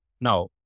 Now